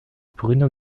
bruno